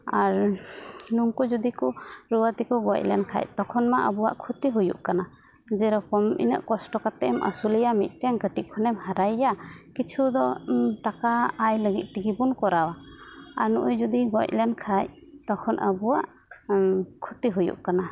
ᱟᱨ ᱱᱩᱠᱩ ᱡᱩᱫᱤ ᱠᱚ ᱨᱩᱣᱟᱹ ᱛᱮᱠᱚ ᱜᱚᱡ ᱞᱮᱱ ᱠᱷᱟᱡ ᱛᱚᱠᱷᱚᱱ ᱢᱟ ᱟᱵᱚᱣᱟᱜ ᱠᱷᱩᱛᱩ ᱦᱩᱭᱩᱜ ᱠᱟᱱᱟ ᱡᱮ ᱨᱚᱠᱚᱢ ᱤᱱᱟᱹᱜ ᱠᱚᱥᱴᱚ ᱠᱟᱛᱮ ᱮᱢ ᱟᱹᱥᱩᱞᱮᱭᱟ ᱢᱤᱫᱴᱮᱱ ᱠᱟᱹᱴᱤᱡ ᱠᱷᱚᱱᱮᱢ ᱦᱟᱨᱟᱭᱮᱭᱟ ᱠᱤᱪᱷᱩ ᱫᱚ ᱴᱟᱠᱟ ᱟᱭ ᱞᱟᱹᱜᱤᱫ ᱛᱮᱜᱮ ᱵᱚᱱ ᱠᱚᱨᱟᱣᱟ ᱟᱨ ᱱᱩᱜ ᱩᱭ ᱡᱩᱫᱤ ᱜᱚᱡ ᱞᱮᱱᱠᱷᱟᱡ ᱛᱚᱠᱷᱚᱱ ᱟᱵᱚ ᱠᱷᱩᱛᱤ ᱦᱩᱭᱩᱜ ᱠᱟᱱᱟ